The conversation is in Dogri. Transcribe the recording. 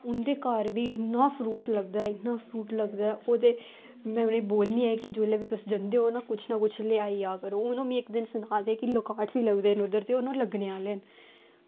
उंदे घर भी इन्ना फ्रूट लगदा ऐ की इन्ना फ्रूट लगदा ऐ की मेरे बोलदे की जेल्लै बी तुस जंदे ओह् कुछ ना कुछ लेआया करो ते उद्धर लोहाट बी लगदे न ते उद्धर हून लग्गने आह्ले न